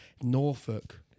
Norfolk